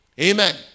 Amen